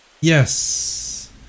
Yes